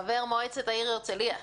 חבר מועצת העיר הרצליה,